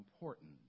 important